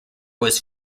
was